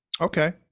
Okay